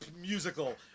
musical